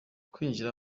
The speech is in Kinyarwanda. kwinjira